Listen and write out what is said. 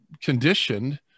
conditioned